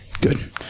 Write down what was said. Good